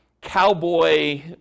cowboy